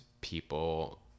people